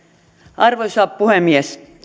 arvoisa puhemies